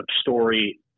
story